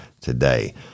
today